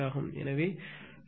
எனவே 2556